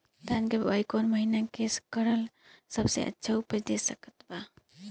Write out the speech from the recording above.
धान के बुआई कौन महीना मे करल सबसे अच्छा उपज दे सकत बा?